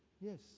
Yes